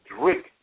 drink